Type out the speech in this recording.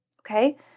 okay